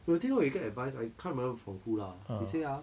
我有听过有一个 advice I remember from who lah he say ah